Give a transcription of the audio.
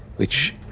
which,